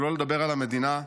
שלא לדבר על המדינה.